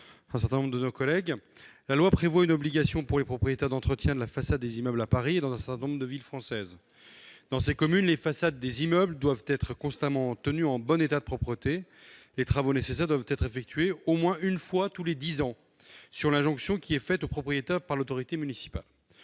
par nombre de mes collègues. La loi prévoit une obligation, pour les propriétaires, d'entretien de la façade des immeubles à Paris et dans un certain nombre de villes françaises : dans ces communes, « les façades des immeubles doivent être constamment tenues en bon état de propreté. Les travaux nécessaires doivent être effectués au moins une fois tous les dix ans, sur l'injonction qui est faite au propriétaire par l'autorité municipale.